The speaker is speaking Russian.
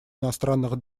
иностранных